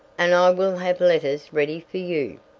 and i will have letters ready for you.